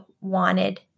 wanted